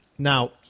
Now